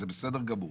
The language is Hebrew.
זה בסדר גמור.